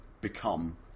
become